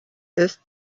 ist